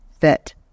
fit